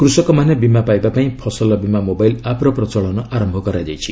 କୃଷକମାନେ ବୀମା ପାଇବାପାଇଁ ଫସଲ ବୀମା ମୋବାଇଲ୍ ଆପ୍ର ପ୍ରଚଳନ ଆରମ୍ଭ କରାଯାଇଛି